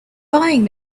buying